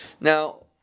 Now